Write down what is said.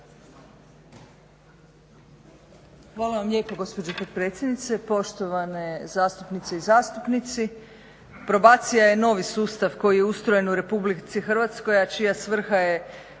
Hvala vam lijepo gospođo potpredsjednice, poštovane zastupnice i zastupnici. Probacija je novi sustav koji je ustrojen u RH, a čija svrha je